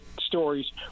stories